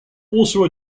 also